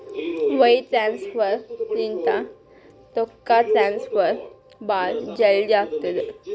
wire transfer ಲಿಂತ ರೊಕ್ಕಾ transfer ಭಾಳ್ ಜಲ್ದಿ ಆತ್ತುದ